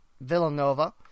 Villanova